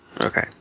Okay